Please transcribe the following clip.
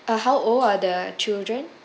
uh how old are the children